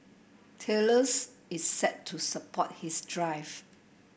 Thales is set to support his drive